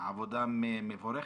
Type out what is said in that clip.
עבודה מבורכת.